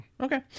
Okay